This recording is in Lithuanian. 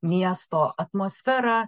miesto atmosferą